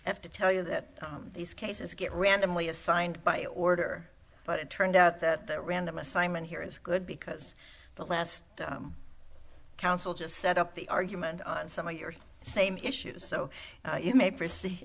have to tell you that these cases get randomly assigned by order but it turned out that the random assignment here is good because the last council just set up the argument on some of your same issues so you may proce